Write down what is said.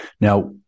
Now